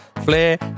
Flair